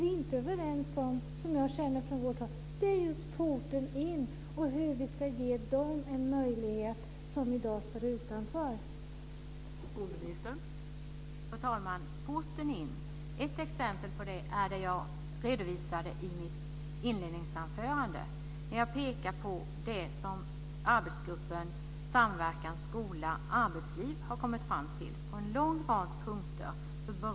Det vi inte är överens om är porten in och hur vi ska ge dem som i dag står utanför en möjlighet.